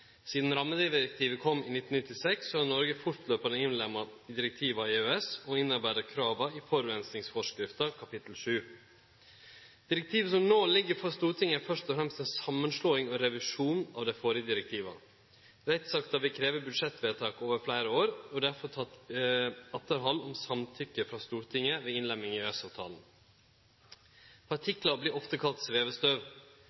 Sidan rammedirektivet kom i 1996, har Noreg fortløpande innlemma direktiva i EØS og innarbeidd krava i forureiningsforskrifta kapittel 7. Direktivet som no ligg føre for Stortinget, er først og fremst ei samanslåing og ein revisjon av dei førre direktiva. Rettsakta vil krevje budsjettvedtak over fleire år, og det er derfor teke atterhald om samtykke frå Stortinget ved innlemming i